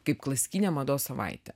kaip klasikinė mados savaitė